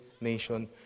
nation